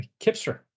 Kipster